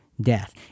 Death